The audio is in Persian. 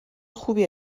خوبی